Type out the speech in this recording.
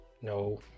No